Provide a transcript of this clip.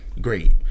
great